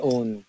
Own